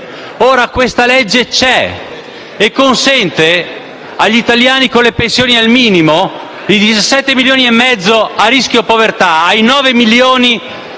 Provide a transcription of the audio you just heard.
Questa legge c'è e consente agli italiani con le pensioni al minimo, ai 17,5 milioni a rischio povertà, ai 9 milioni